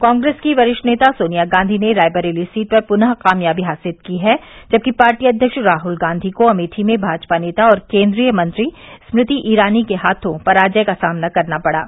कांग्रेस की वरिष्ठ नेता सोनिया गांधी ने रायबरेली सीट पर पुन कामयाबी हासिल की है जबकि पार्टी अध्यक्ष राहुल गांधी को अमेठी में भाजपा नेता और केन्द्रीय मंत्री स्मृति ईरानी के हाथों पराजय का सामना करना पड़ा